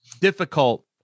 difficult